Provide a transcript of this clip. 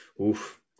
Oof